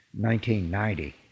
1990